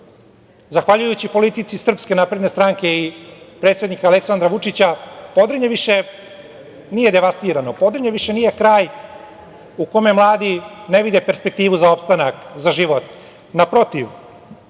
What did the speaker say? zahvaljujući politici SNS i predsednika Aleksandra Vučića, Podrinje više nije devastirano, Podrinje više nije kraj u kome mladi ne vide perspektivu za opstanak, za život. Naprotiv,